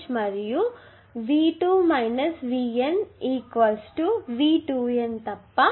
మరియు తర్వాత V2 VN V2Nతప్ప మరొకటి కాదు